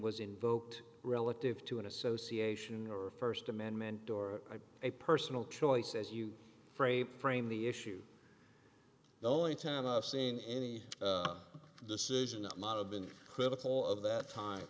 was invoked relative to an association or a first amendment or a personal choice as you phrase frame the issue the only time i've seen any decision that might have been critical of that time